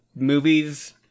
movies